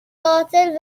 قاتل